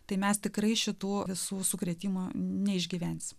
tai mes tikrai šitų visų sukrėtimo neišgyvensime